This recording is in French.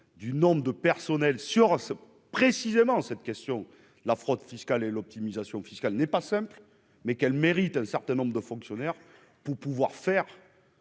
du nombre de personnel sur précisément cette question, la fraude fiscale et l'optimisation fiscale n'est pas simple mais qu'elle mérite un certain nombre de fonctionnaires pour pouvoir faire